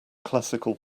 classical